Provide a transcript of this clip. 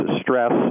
stress